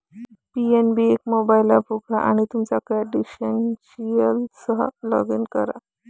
PNB एक mobile app उघडा आणि तुमच्या क्रेडेन्शियल्ससह लॉग इन करा